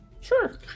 Sure